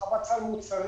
הרחבת סל מוצרים,